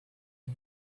and